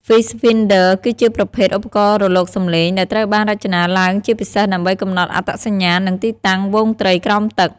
Fish Finder គឺជាប្រភេទ ឧបករណ៍រលកសំឡេង ដែលត្រូវបានរចនាឡើងជាពិសេសដើម្បីកំណត់អត្តសញ្ញាណ និងទីតាំងហ្វូងត្រីក្រោមទឹក។